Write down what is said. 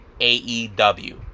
AEW